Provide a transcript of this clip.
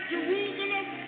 Jerusalem